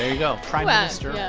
and go. prime minister yeah